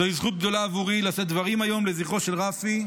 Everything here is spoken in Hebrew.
זוהי זכות גדולה בעבורי לשאת דברים היום לזכרו של רפי,